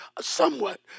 somewhat